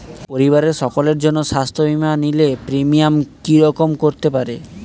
পরিবারের সকলের জন্য স্বাস্থ্য বীমা নিলে প্রিমিয়াম কি রকম করতে পারে?